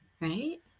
Right